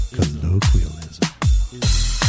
Colloquialism